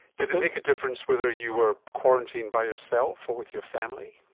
did it make a difference whether you were quarantined by yourself or with your family?